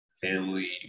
family